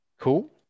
Cool